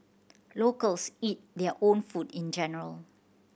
locals eat their own food in general